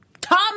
Tom